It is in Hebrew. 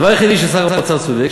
הדבר היחיד ששר האוצר צודק,